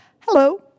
Hello